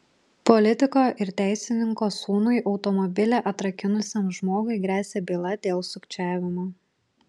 politiko ir teisininko sūnui automobilį atrakinusiam žmogui gresia byla dėl sukčiavimo